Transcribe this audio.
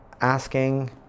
asking